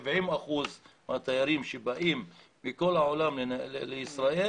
70 אחוזים מהתיירים שבאים מכל העולם לישראל,